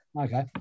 Okay